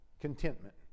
contentment